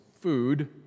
food